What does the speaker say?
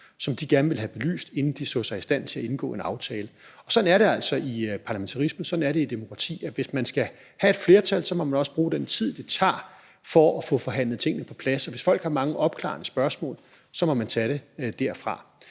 som de gerne ville have belyst, inden de så sig i stand til indgå en aftale. Sådan er det altså med parlamentarisme. Sådan er det i et demokrati, nemlig at hvis man skal have et flertal, må man også bruge den tid, det tager, for at få forhandlet tingene på plads. Og hvis folk har mange opklarende spørgsmål, må man tage det derfra.